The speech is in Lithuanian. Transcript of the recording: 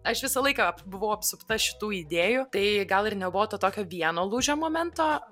aš visą laiką buvau apsupta šitų idėjų tai gal ir nebuvo to tokio vieno lūžio momento